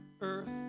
earth